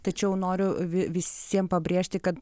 tačiau noriu vi visiem pabrėžti kad